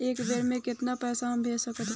एक बेर मे केतना पैसा हम भेज सकत बानी?